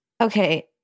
Okay